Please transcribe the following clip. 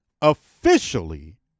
officially